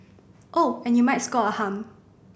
oh and you might score a hum